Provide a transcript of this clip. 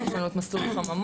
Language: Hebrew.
יש לנו את מסלול חממות,